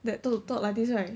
that to talk like this right